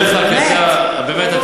אבי, אני לא מדבר אליך כי אתה, באמת.